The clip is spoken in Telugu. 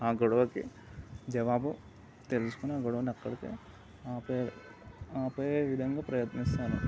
ఆ గొడవకి జవాబు తెలుసుకొని ఆ గొడవని అక్కడికే ఆపే ఆపే విధంగా ప్రయత్నిస్తాను